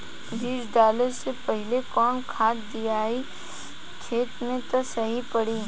बीज डाले से पहिले कवन खाद्य दियायी खेत में त सही पड़ी?